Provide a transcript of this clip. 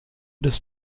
des